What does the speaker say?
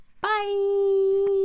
Bye